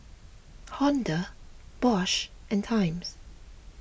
Honda Bosch and Times